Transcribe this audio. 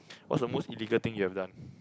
what's the most illegal thing you have done